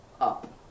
up